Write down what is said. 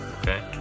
Okay